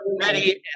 ready